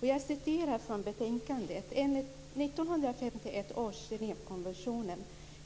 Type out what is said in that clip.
Jag citerar från betänkandet: "enligt 1951 års Genèvekonvention